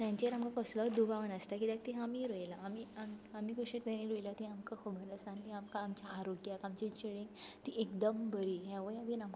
तेंचेर आमकां कसलोच दुबाव नासता किद्याक तीं आमी रोयला आमी आम आमी कशे तरेन रोयला तीं आमकां आसा आनी आमकां आमच्या आरोग्याक आमच्या जिणेक तीं एकदम बरी हेंवूय बीन आमकां